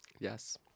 Yes